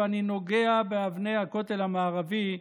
ואני נוגע באבני הכותל המערבי",